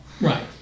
Right